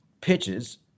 pitches